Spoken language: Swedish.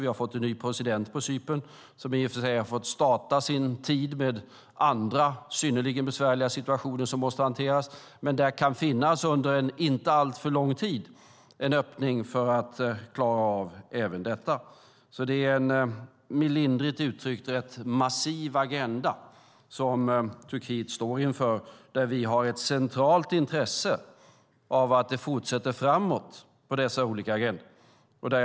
Vi har fått en ny president på Cypern, som i och för sig har fått starta sin tid med andra synnerligen besvärliga situationer som måste hanteras. Men där kan det inom en inte alltför lång tid finnas en öppning för att klara av även detta. Det är, lindrigt uttryckt, en rätt massiv agenda som Turkiet står inför. Vi har ett centralt intresse av att det fortsätter framåt på dessa olika agendor.